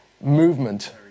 movement